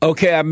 Okay